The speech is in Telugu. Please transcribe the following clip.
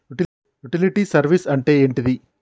యుటిలిటీ సర్వీస్ అంటే ఏంటిది?